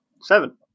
seven